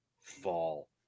fall